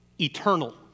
eternal